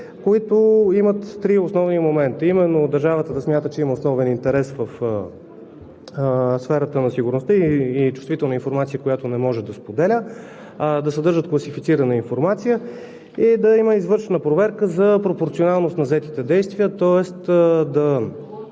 които имат три основни момента, а именно държавата да смята, че има основен интерес в сферата на сигурността и чувствителна информация, която не може да споделя, да съдържат класифицирана информация и да има извършена проверка за пропорционалност на заетите действия, тоест